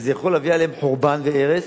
וזה יכול להביא עליהם חורבן והרס,